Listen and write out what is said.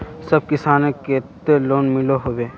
सब किसानेर केते लोन मिलोहो होबे?